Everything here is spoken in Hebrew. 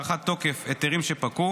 הארכת תוקף היתרים שפקעו.